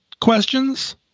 questions